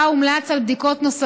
שבה הומלץ על בדיקות נוספות.